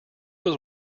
was